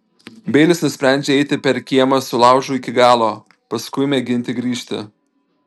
beilis nusprendžia eiti per kiemą su laužu iki galo paskui mėginti grįžti